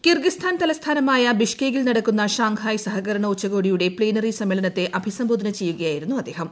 Kyrgyzstan തലസ്ഥാനമായി ബിഷകേകിൽ നടക്കുന്ന ഷാങ്ഹായ് സഹകരണ ഉച്ചുകോടിയുട്ടെ പ്ലീനറി സമ്മേളനത്തെ അഭിസംബോധന ചെയ്യുകയായിരുന്നു അദ്ദേഹം